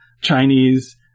Chinese